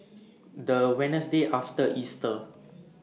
The Wednesday after Easter